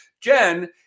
Jen